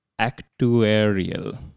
actuarial